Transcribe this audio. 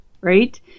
right